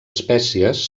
espècies